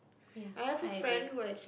ya I agree